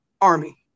army